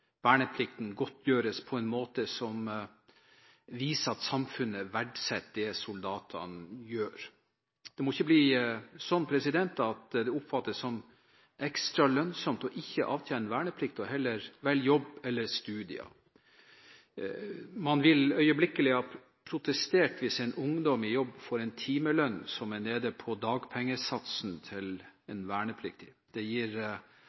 verneplikten, godtgjøres på en måte som viser at samfunnet verdsetter det soldatene gjør. Det må ikke bli sånn at det oppfattes som ekstra lønnsomt ikke å avtjene verneplikt og heller velge jobb eller studier. Man ville øyeblikkelig ha protestert hvis en ungdom i jobb fikk en timelønn som var nede på dagpengesatsen til en vernepliktig. Det gir